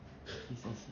he's a